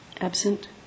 Absent